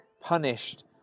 punished